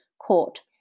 court